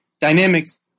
dynamics